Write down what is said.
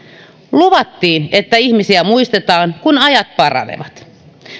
luvattiin että ihmisiä muistetaan kun ajat paranevat